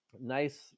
Nice